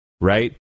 right